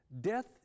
Death